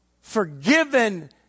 forgiven